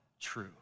true